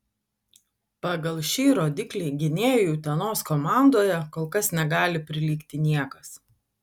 pagal šį rodiklį gynėjui utenos komandoje kol kas negali prilygti niekas